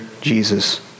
Jesus